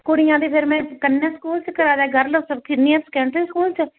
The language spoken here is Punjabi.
ਕੁੜੀਆਂ ਦੀ ਫਿਰ ਮੈਂ ਕੰਨਿਆ ਸਕੂਲ 'ਚ ਕਰਵਾ ਦਾ ਗਰਲ ਸੀਨੀਅਰ ਸੈਕੰਡਰੀ ਸਕੂਲ 'ਚ